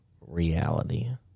reality